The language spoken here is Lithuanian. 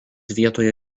vietoje